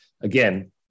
again –